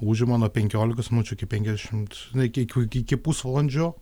užima nuo penkiolikos minučių iki penkiasdešimt na iki kiekiu iki pusvalandžio